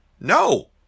No